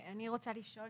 אני רוצה לשאול